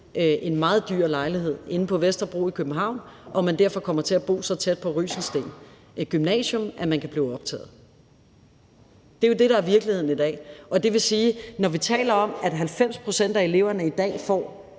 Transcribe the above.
en meget dyr lejlighed inde på Vesterbro i København og man derfor kommer til at bo så tæt på Rysensteen Gymnasium, at man kan blive optaget der. Det er jo det, der er virkeligheden i dag, og det vil sige, at når vi taler om, at 90 pct. af eleverne i dag får